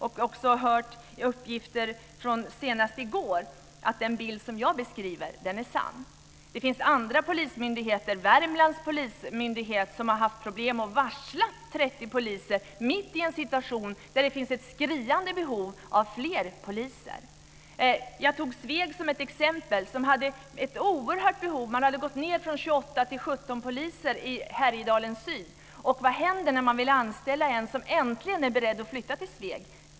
Jag har hört uppgifter - senast i går - om att den bild som jag beskriver är sann. T.ex. Polismyndigheten i Värmland har varslat 30 poliser mitt i en situation med ett skriande behov av fler poliser. Jag tog Sveg som ett exempel. Där hade man minskat ned från 28 till 17 poliser i Härjedalen syd. Vad händer när man vill anställa en polis som äntligen är beredd att flytta till Sveg?